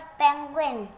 penguin